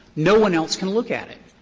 no one else can look at it.